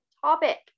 topic